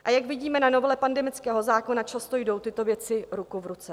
A jak vidíme na novele pandemického zákona, často jdou tyto věci ruku v ruce.